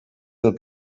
del